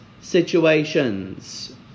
situations